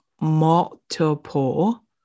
multiple